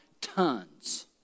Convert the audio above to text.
tons